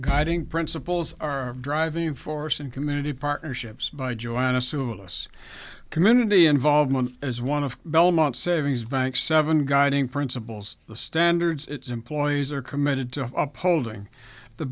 guiding principles are driving force and community partnerships by joy ann assume a less community involvement as one of belmont savings bank seven guiding principles the standards its employees are committed to upholding the